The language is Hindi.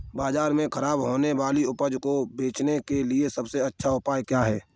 बाजार में खराब होने वाली उपज को बेचने के लिए सबसे अच्छा उपाय क्या है?